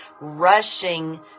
rushing